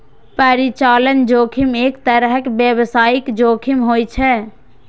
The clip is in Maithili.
परिचालन जोखिम एक तरहक व्यावसायिक जोखिम होइ छै